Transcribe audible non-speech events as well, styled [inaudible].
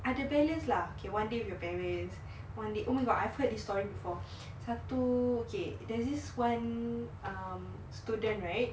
ada balance lah okay one day with your parents [breath] one day oh I've heard of this story before [breath] satu okay there's this one um student right